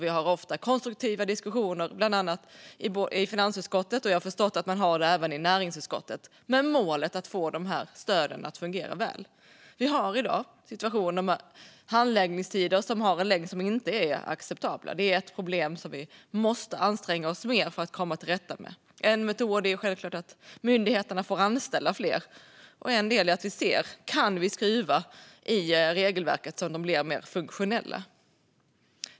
Vi har ofta konstruktiva diskussioner i finansutskottet - och jag har förstått att man har det även i näringsutskottet - med målet att få dessa stöd att fungera väl. Vi har i dag en situation med handläggningstider som inte är acceptabla. Det är ett problem som vi måste anstränga oss mer för att komma till rätta med. En metod är självklart att myndigheterna får anställa fler. En annan del är att vi tittar på om vi kan skruva i regelverket så att de blir mer funktionella.